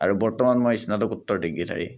আৰু বৰ্তমান মই স্নাতকোত্তৰ ডিগ্ৰীধাৰী